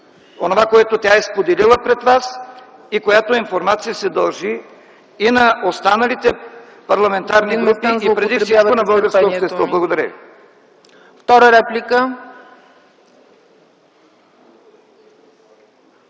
онова, което тя е споделила пред Вас и която информация се дължи и на останалите парламентарни групи, и преди всичко на българското общество? Благодаря.